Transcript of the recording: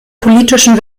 politischen